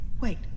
Wait